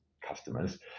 customers